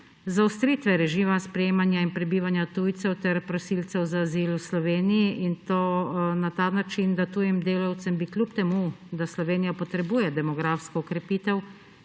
zaostritve režima sprejemanja in prebivanja tujcev ter prosilcev za azil v Sloveniji in to na ta način, da bi tujim delavcem, kljub temu da Slovenija potrebuje demografsko okrepitev